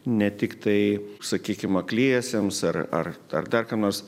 ne tiktai sakykim akliesiems ar ar dar kam nors